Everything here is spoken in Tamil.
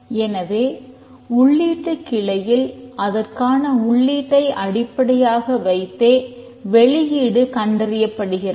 எனவே உள்ளீட்டு கிளையில் அதற்கான உள்ளீட்டை அடிப்படையாக வைத்தே வெளியீடு கண்டறியப்படுகிறது